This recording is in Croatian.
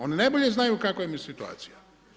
Oni najbolje znaju kakva im je situacija.